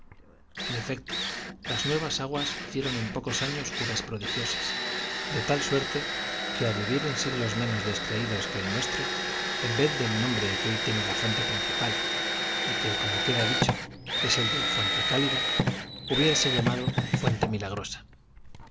en efecto las nuevas aguas hicieron en pocos años curas prodigiosas de tal suerte que á vivir en siglos menos descreídos que el nuestro en vez del nombre que hoy tiene la fuente principal y que como queda dicho es el de hubiérase llamado